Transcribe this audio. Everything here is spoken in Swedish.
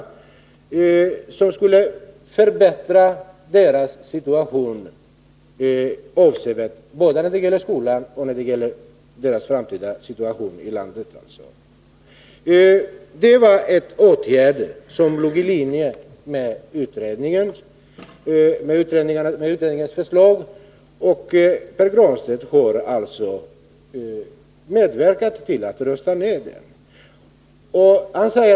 Vårt förslag skulle, om det genomfördes, avsevärt förbättra deras situation både när det gäller skolan och när det gäller deras framtida situation i landet. Det var en åtgärd som låg i linje med utredningarnas förslag, och Pär Granstedt har alltså medverkat till att rösta ned det förslaget.